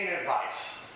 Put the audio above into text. advice